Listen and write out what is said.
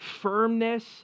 firmness